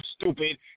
stupid